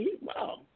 wow